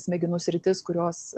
smegenų sritis kurios